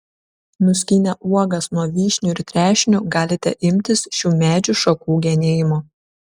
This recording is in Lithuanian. nuskynę uogas nuo vyšnių ir trešnių galite imtis šių medžių šakų genėjimo